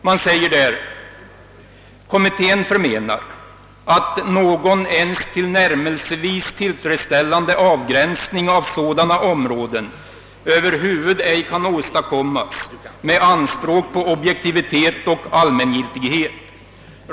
Det heter där: »Kommittén förmenar, att någon ens tillnärmelsevis tillfredsställande avgränsning av sådana områden över huvud ej kan åstadkommas med anspråk på objektivitet och allmängiltighet.